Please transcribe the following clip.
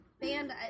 band